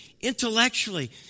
intellectually